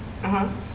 (uh huh)